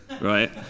right